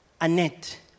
Annette